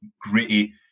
gritty